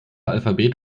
alphabet